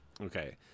Okay